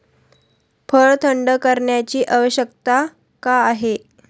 फळ थंड करण्याची आवश्यकता का आहे?